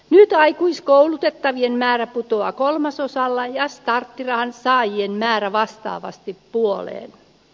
nyt aikuiskoulutettavien määrä putoaa kolmasosalla ja starttirahan saajien määrä vastaavasti puoleen